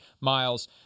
Miles